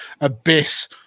abyss